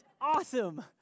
Awesome